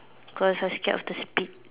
cause I scared of the speed